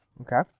Okay